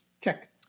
check